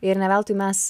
ir ne veltui mes